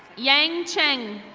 yang chang.